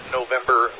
November